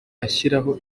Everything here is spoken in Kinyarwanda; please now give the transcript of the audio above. ashyiraho